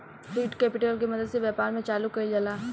fixed capital के मदद से व्यापार के चालू कईल जाला